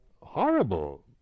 horrible